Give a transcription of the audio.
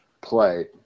play